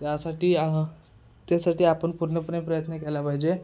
त्यासाठी त्यासाठी आपण पूर्णपणे प्रयत्न केला पाहिजे